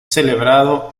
celebrado